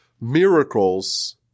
miracles